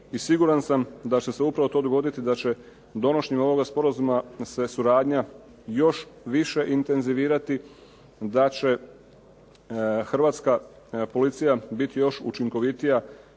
siguran sam da će se upravo to dogoditi da će donošenje ovog sporazuma se suradnja još više intenzivirati, da će hrvatska policija biti još učinkovitija